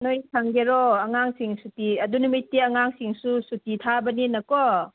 ꯅꯣꯏ ꯁꯪꯒꯦꯔꯣ ꯑꯉꯥꯡꯁꯤꯡ ꯁꯨꯇꯤ ꯑꯗꯨ ꯅꯨꯃꯤꯠꯇꯤ ꯑꯉꯥꯡꯁꯤꯡꯁꯨ ꯁꯨꯇꯤ ꯊꯥꯕꯅꯤꯅꯀꯣ